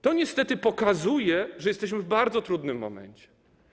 To niestety pokazuje, że jesteśmy w bardzo trudnym momencie.